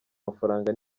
mafaranga